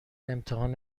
امتحان